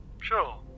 sure